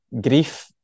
grief